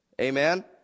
Amen